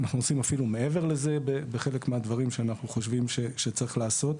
אנחנו עושים אפילו מעבר לזה בחלק מהדברים שאנחנו חושבים שצריך לעשות.